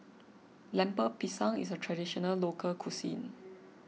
Lemper Pisang is a Traditional Local Cuisine